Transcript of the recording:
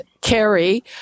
Carrie